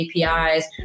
APIs